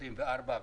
24,000,